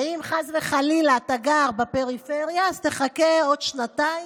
ואם חס וחלילה אתה גם בפריפריה אז תחכה עוד שנתיים,